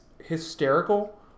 hysterical